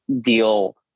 deal